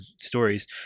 stories